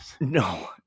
no